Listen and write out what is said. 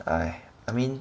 哎 I mean